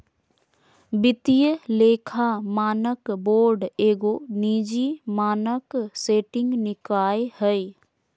वित्तीय लेखा मानक बोर्ड एगो निजी मानक सेटिंग निकाय हइ